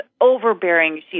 overbearing